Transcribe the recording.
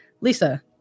Lisa